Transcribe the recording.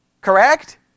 Correct